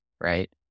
right